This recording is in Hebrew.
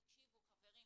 תקשיבו, חברים.